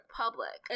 public